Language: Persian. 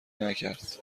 نکرد